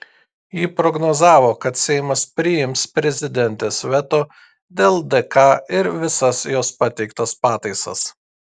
ji prognozavo kad seimas priims prezidentės veto dėl dk ir visas jos pateiktas pataisas